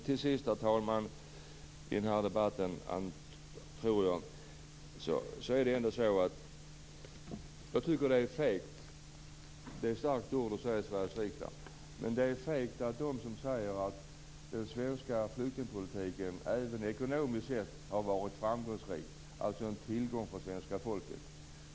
Till sist i den här debatten, herr talman, tycker jag att det är fegt - det är ett starkt ord att använda i Sveriges riksdag - att säga att den svenska flyktingpolitiken även ekonomiskt sett har varit framgångsrik, alltså en tillgång för svenska folket.